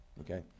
okay